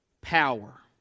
power